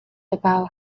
about